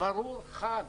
ברור וחד.